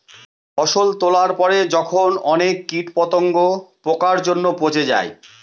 ফসল তোলার পরে যখন অনেক কীট পতঙ্গ, পোকার জন্য পচে যায়